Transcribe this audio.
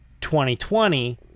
2020